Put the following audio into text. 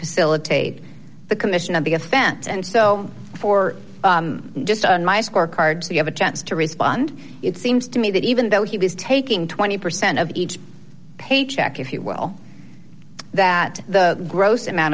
facilitate the commission of the offense and so for just on my scorecard so you have a chance to respond it seems to me that even though he was taking twenty percent of each paycheck if you will that the gross amount